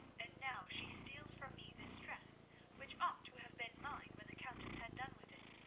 and now she steals from me this dress which ought to have been mine when the countess had done with it.